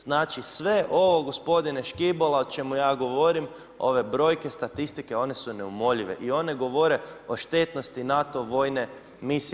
Znači sve ovo gospodine Škibola o čemu ja govorim, ove brojke i statistike, one se neumoljive i one govore o štetnosti NATO vojne misije.